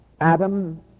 Adam